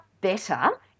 better